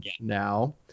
now